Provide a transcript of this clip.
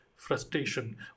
frustration